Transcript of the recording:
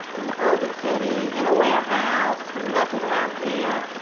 in the urban city, in a warehouse, nothing around here.